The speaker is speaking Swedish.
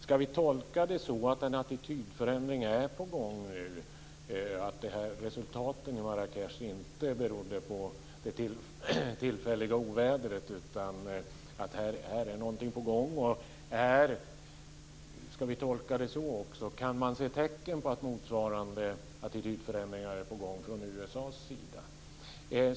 Ska vi tolka det så att en attitydförändring är på gång nu; att resultatet i Marrakech inte berodde på det tillfälliga ovädret utan att något är på gång? Kan man se tecken på att motsvarande attitydförändringar är på gång från USA:s sida?